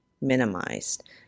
minimized